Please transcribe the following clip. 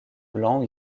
blancs